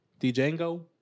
Django